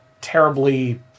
terribly